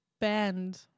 band